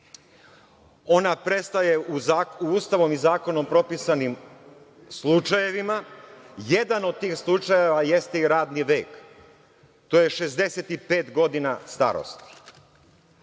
ona prestaje Ustavom i zakonom propisanim slučajevima. Jedan od tih slučajeva jeste i radni vek. To je 65 godina starosti.